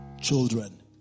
children